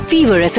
Fever